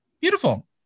Beautiful